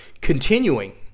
Continuing